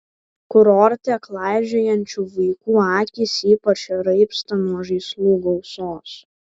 kurorte klaidžiojančių vaikų akys ypač raibsta nuo žaislų gausos